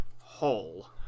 hole